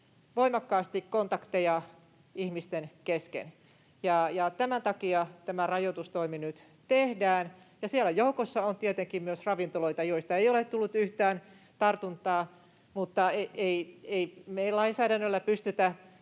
voimakkaasti kontakteja ihmisten kesken. Tämän takia tämä rajoitustoimi nyt tehdään. Siellä joukossa on tietenkin myös ravintoloita, joista ei ole tullut yhtään tartuntaa, mutta ei me lainsäädännöllä pystytä